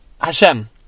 Hashem